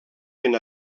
ben